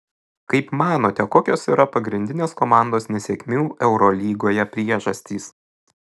kaip manote kokios yra pagrindinės komandos nesėkmių eurolygoje priežastys